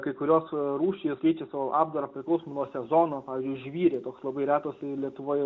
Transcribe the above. kai kurios rūšys keičia savo apdarą priklausomai nuo sezono pav žvyrė toks labai retas lietuvoj